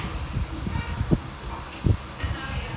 they say we pay up to eighty per one hour